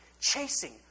chasing